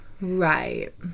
right